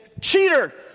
cheater